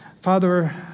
Father